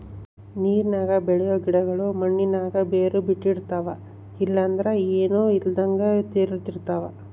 ನೀರಿನಾಗ ಬೆಳಿಯೋ ಗಿಡುಗುಳು ಮಣ್ಣಿನಾಗ ಬೇರು ಬುಟ್ಟಿರ್ತವ ಇಲ್ಲಂದ್ರ ಏನೂ ಇಲ್ದಂಗ ತೇಲುತಿರ್ತವ